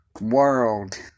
world